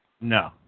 No